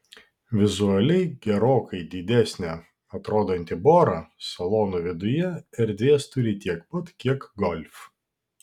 vizualiai gerokai didesnė atrodanti bora salono viduje erdvės turi tiek pat kiek golf